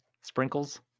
sprinkles